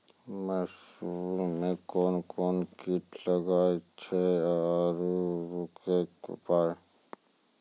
मसूर मे कोन कोन कीट लागेय छैय आरु उकरो उपाय?